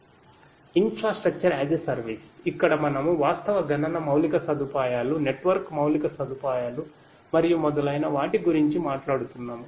infrastructure as a service ఇక్కడ మనము వాస్తవ గణన మౌలిక సదుపాయాలు నెట్వర్క్ మౌలిక సదుపాయాలు మరియు మొదలైన వాటి గురించి మాట్లాడుతున్నాము